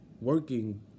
working